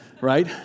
right